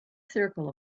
circle